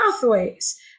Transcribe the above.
pathways